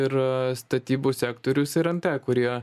ir statybų sektorius ir nt kurie